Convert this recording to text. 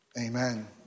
Amen